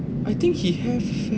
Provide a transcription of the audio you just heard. I think he have eh